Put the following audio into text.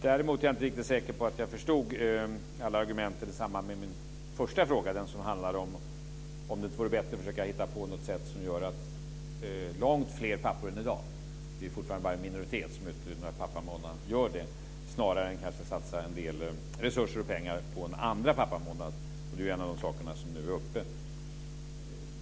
Däremot är jag inte riktigt säker på att jag förstod alla argumenten i samband med min första fråga, om det inte vore bättre att försöka hitta på något som gör att långt fler pappor än i dag utnyttjar pappamånaden - det är fortfarande bara en minoritet som gör det - än att satsa resurser och pengar på en andra pappamånad. Det är ju en av de saker som nu är uppe.